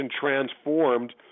transformed